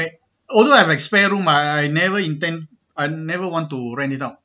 although I have a spare room ah I I never intend I never want to rent it out